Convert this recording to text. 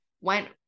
went